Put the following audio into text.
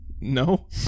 No